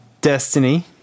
Destiny